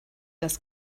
das